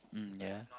mm yeah